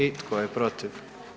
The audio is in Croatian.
I tko je protiv?